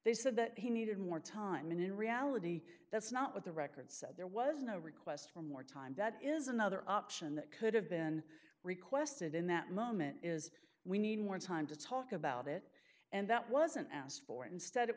they said that he needed more time and in reality that's not what the record said there was no request for more time that is another option that could have been requested in that moment is we need more time to talk about it and that wasn't asked for instead it